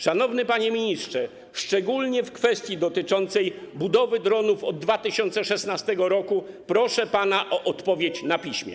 Szanowny panie ministrze, szczególnie w kwestii dotyczącej budowy dronów od 2016 r. proszę pana o odpowiedź na piśmie.